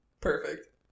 Perfect